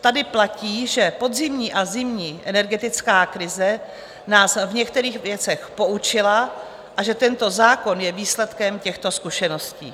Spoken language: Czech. Tady platí, že podzimní a zimní energetická krize nás v některých věcech poučila a že tento zákon je výsledkem těchto zkušeností.